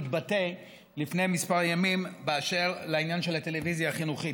התבטא לפני כמה ימים באשר לעניין של הטלוויזיה החינוכית,